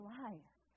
life